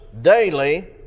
daily